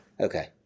Okay